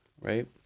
right